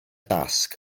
dasg